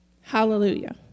hallelujah